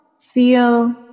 feel